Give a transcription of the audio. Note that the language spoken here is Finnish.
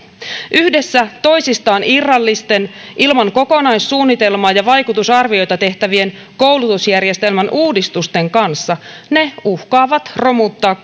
yhdessä toisistaan irrallisten ilman kokonaissuunnitelmaa ja vaikutusarvioita tehtävien koulutusjärjestelmän uudistusten kanssa ne uhkaavat romuttaa